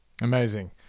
amazing